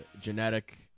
genetic